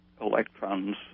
electrons